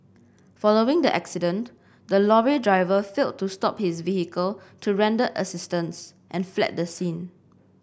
following the accident the lorry driver failed to stop his vehicle to render assistance and fled the scene